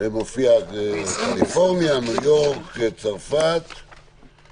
זה היה עלויות, את הפרספקטים בבתי המשפט,